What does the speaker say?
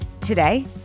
today